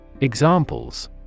Examples